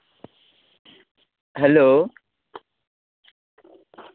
hello